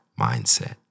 mindset